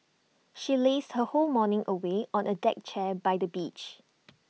she lazed her whole morning away on A deck chair by the beach